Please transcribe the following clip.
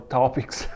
topics